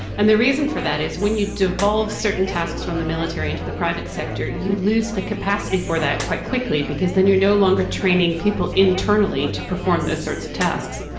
and the reason for that is when you devolve certain tasks from the military into the private sector you lose the capacity for that quite quickly because then you are no longer training people internally to perform those sorts of tasks.